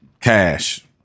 Cash